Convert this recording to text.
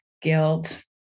guilt